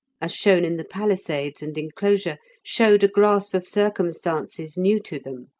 as shown in the palisades and enclosure, showed a grasp of circumstances new to them.